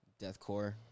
deathcore